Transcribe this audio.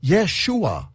Yeshua